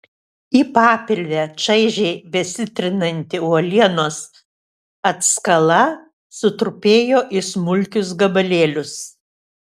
į papilvę čaižiai besitrinanti uolienos atskala sutrupėjo į smulkius gabalėlius